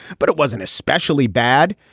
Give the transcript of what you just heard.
but it wasn't especially bad.